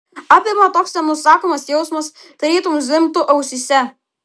apima toks nenusakomas jausmas tarytum zvimbtų ausyse